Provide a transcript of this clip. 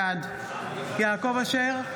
בעד יעקב אשר,